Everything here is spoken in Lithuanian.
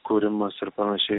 kūrimas ir panašiai